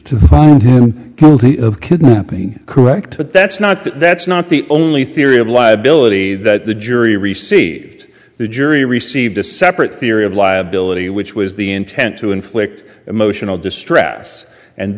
to found him guilty of kidnapping correct but that's not that's not the only theory of liability that the jury received the jury received a separate theory of liability which was the intent to inflict emotional distress and